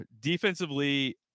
defensively